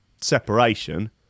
separation